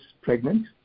pregnant